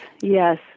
yes